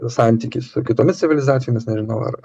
santykis su kitomis civilizacijomis nežinau ar